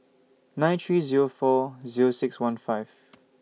nine three Zero four Zero six one five